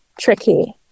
tricky